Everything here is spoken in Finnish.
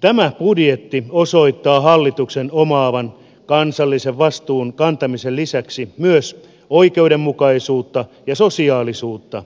tämä budjetti osoittaa hallituksen omaavan kansallisen vastuun kantamisen lisäksi myös oikeudenmukaisuutta ja sosiaalisuutta